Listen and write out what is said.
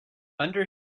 under